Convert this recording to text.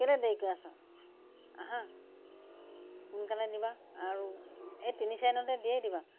কেলে দেৰিকৈ আছ আহা সোনকালে দিবা আৰু এই তিনি চাৰি দিনতেই দিয়েই দিবা